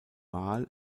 wahl